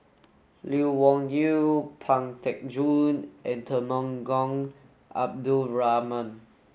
Lee Wung Yew Pang Teck Joon and Temenggong Abdul Rahman